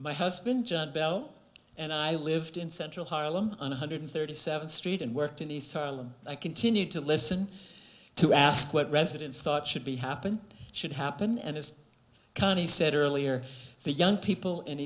my husband john bell and i lived in central harlem on one hundred thirty seventh street and worked in east harlem i continued to listen to ask what residents thought should be happen should happen and as candy said earlier for young people in